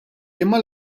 imma